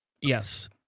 Yes